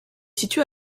située